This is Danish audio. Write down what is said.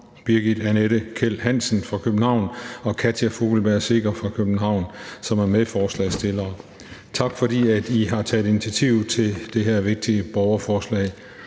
Birgit Anette Kjeld Hansen fra København og Katja Fogelberg Seeger fra København, som er medforslagsstillere. Tak, fordi I har taget initiativ til det her vigtige borgerforslag.